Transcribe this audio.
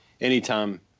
anytime